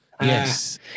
yes